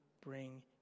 bring